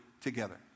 together